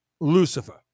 Lucifer